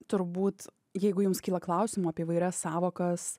turbūt jeigu jums kyla klausimų apie įvairias sąvokas